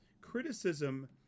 criticism